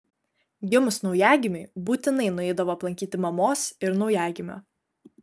gimus naujagimiui būtinai nueidavo aplankyti mamos ir naujagimio